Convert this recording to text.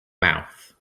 mouth